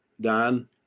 Don